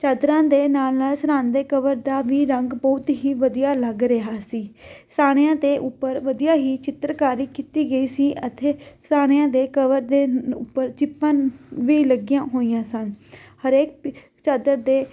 ਚਾਦਰਾਂ ਦੇ ਨਾਲ ਨਾਲ ਸਿਰਾਣਿਆਂ ਦੇ ਕਵਰ ਦਾ ਵੀ ਰੰਗ ਬਹੁਤ ਹੀ ਵਧੀਆ ਲੱਗ ਰਿਹਾ ਸੀ ਸਾਰਿਆਂ ਦੇ ਉੱਪਰ ਵਧੀਆ ਹੀ ਚਿੱਤਰਕਾਰੀ ਕੀਤੀ ਗਈ ਸੀ ਅਤੇ ਸਿਰਾਣਿਆਂ ਦੇ ਕਵਰ ਦੇ ਉੱਪਰ ਜਿੱਪਾਂ ਵੀ ਲੱਗੀਆਂ ਹੋਈਆਂ ਸਨ ਹਰੇਕ ਚਾਦਰ ਦੇ